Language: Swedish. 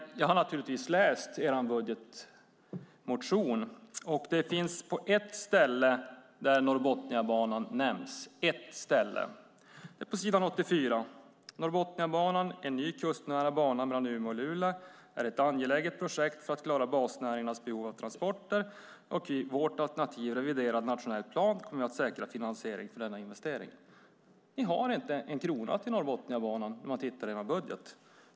Jag har naturligtvis läst er budgetmotion. Norrbotniabanan nämns på ett ställe, nämligen på s. 84: Norrbotniabanan, en ny kustnära bana mellan Umeå och Luleå, är ett angeläget projekt för att klara basnäringarnas behov av transporter. I ert alternativ, Reviderad nationell plan, kommer ni att säkra finansiering för denna investering. Ni har inte en krona till Norrbotniabanan i er budget.